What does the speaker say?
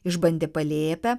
išbandė palėpę